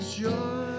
joy